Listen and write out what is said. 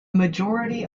majority